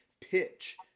pitch